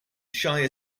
shire